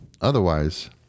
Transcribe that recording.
Otherwise